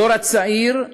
הדור הצעיר,